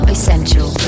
Essential